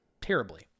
terribly